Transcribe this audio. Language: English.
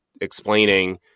explaining